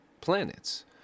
planets